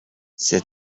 ces